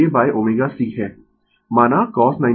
माना cos 90 o j कोण कोण